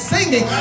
singing